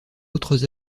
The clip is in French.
autres